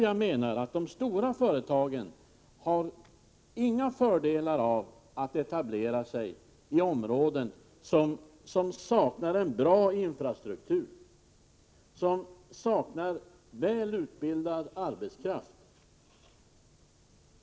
Jag menar att de stora företagen inte har några fördelar av att etablera sig i områden som saknar en bra infrastruktur och väl utbildad arbetskraft.